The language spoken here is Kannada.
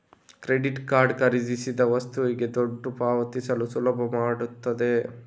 ಕ್ರೆಡಿಟ್ ಕಾರ್ಡ್ ಖರೀದಿಸಿದ ವಸ್ತುಗೆ ದುಡ್ಡು ಪಾವತಿಸಲು ಸುಲಭ ಮಾಡ್ತದೆ